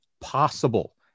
possible